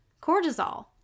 cortisol